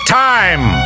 time